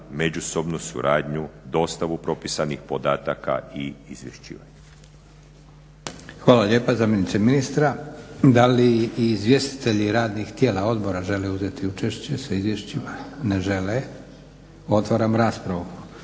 međusobnu suradnju, dostavu propisanih podataka i izvješćivanje. **Leko, Josip (SDP)** Hvala lijepa zamjeniče ministra. Da li izvjestitelji radnih tijela odbora žele uzeti učešće sa izvješćima? Ne žele. Otvaram raspravu.